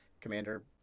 commander